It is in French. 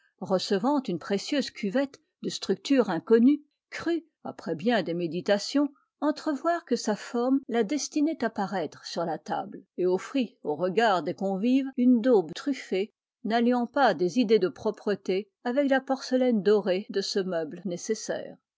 recevant une précieuse cuvette de structure inconnue crut après bien des méditations entrevoir que sa forme la desti nait à paraître sur la table et offrit aux regards des convives une daube truffée n'alliant pas des idées de propreté avec la porcelaine dorée de ce meuble nécessaire